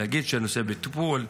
להגיד שהנושא בטיפול,